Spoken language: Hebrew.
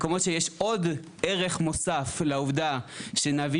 מקומות שיש עוד ערך מוסף לעובדה שנביא